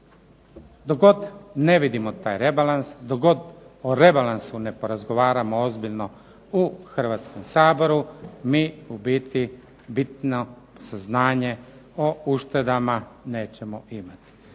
Dok god ne vidimo taj rebalans, dok god o rebalansu ne porazgovaramo ozbiljno u Hrvatskom saboru mi u biti bitno saznanje o uštedama nećemo imati.